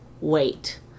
wait